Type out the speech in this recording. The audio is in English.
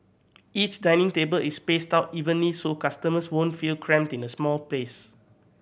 each dining table is spaced out evenly so customers won't feel cramped in a small space